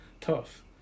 tough